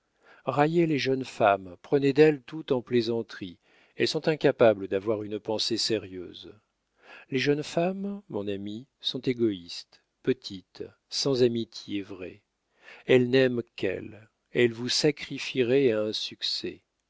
raillez les jeunes femmes prenez d'elles tout en plaisanterie elles sont incapables d'avoir une pensée sérieuse les jeunes femmes mon ami sont égoïstes petites sans amitié vraie elles n'aiment qu'elles elles vous sacrifieraient à un succès